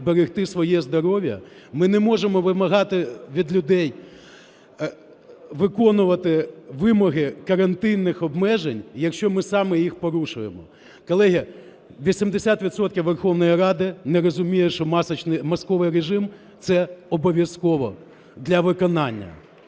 берегти своє здоров'я, ми не можемо вимагати від людей виконувати вимоги карантинних обмежень, якщо ми самі їх порушуємо. Колеги, 80 відсотків Верховної Ради не розуміє, що масковий режим - це обов'язково для виконання.